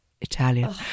Italian